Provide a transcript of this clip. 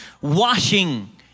washing